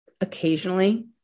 occasionally